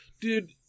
Dude